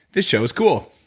this show is cool.